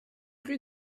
rue